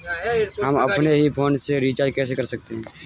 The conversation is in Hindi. हम अपने ही फोन से रिचार्ज कैसे कर सकते हैं?